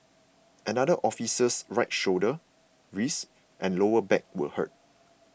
another officer's right shoulder wrist and lower back were hurt